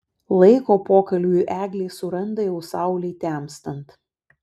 laiko pokalbiui eglė suranda jau saulei temstant